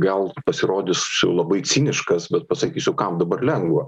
gal pasirodysiu labai ciniškas bet pasakysiu kam dabar lengva